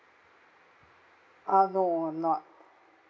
uh no I'm not